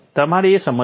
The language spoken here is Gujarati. તમારે તે સમજવું પડશે